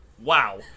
Wow